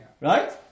Right